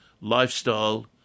lifestyle